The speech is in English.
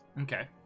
Okay